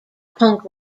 punk